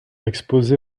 exposé